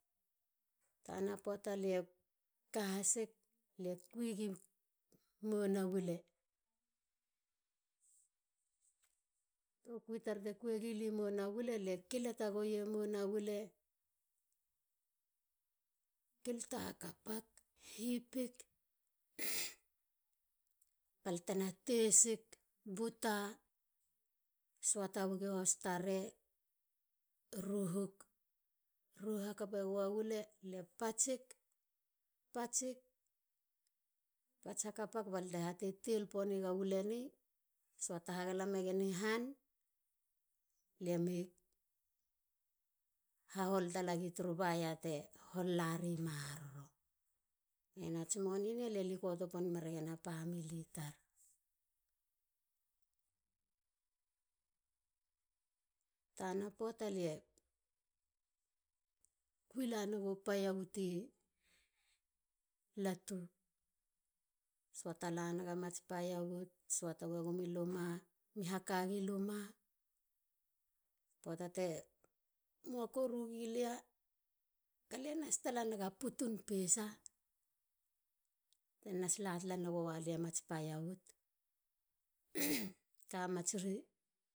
Tana poata lie ka hasik lie kwi gi muna wule. lie kilata gui muna wule. kilata hakapak. hipik. balte tesegen. butak. bate suata wagi hostare. Ruhuk. ruhu hakapegen. lia patse ga wule. hatetel egen gala megulen ihan. hahol talagi turu buyer te hol lari maroro. Tsi moni eni lie likot pon megen a pamili tar. Tana poata lie ron kwi la naga paia wut. Suata megen iluma. puata te mua koru gilia. ga lie nas naga mats putun.